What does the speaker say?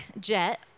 jet